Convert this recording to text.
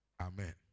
Amen